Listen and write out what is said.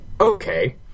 okay